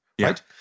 right